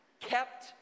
kept